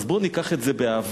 אז בואו ניקח את זה באהבה,